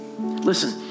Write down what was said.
Listen